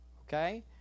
okay